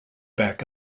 back